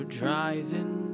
driving